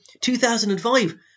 2005